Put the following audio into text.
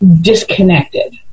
disconnected